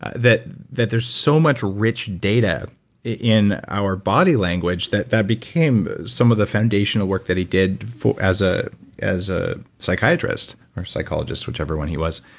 ah that that there's so much rich data in our body language that that became some of the foundational work that he did as ah as a psychiatrist or psychologist, whichever one he was.